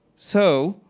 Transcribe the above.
so